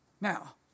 Now